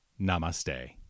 Namaste